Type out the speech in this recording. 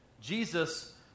Jesus